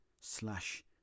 slash